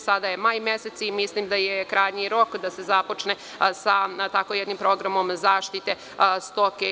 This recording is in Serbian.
Sada je maj mesec i mislim da je krajnji rok da se započne sa jednim takvim programom zaštite stoke.